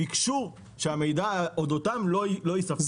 חלק מהערוצים ביקשו שהמידע אודותם לא יספר.